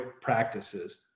practices